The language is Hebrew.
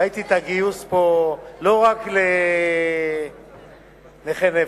ראיתי את הגיוס פה, לא רק לנכי נפש,